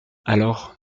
alors